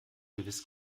gewiss